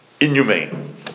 inhumane